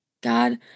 God